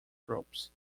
groups